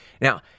Now